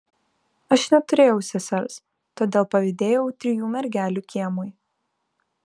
aš neturėjau sesers todėl pavydėjau trijų mergelių kiemui